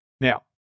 Now